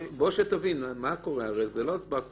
שתבין מה קורה, הרי זו לא הצבעה כפולה.